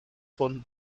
von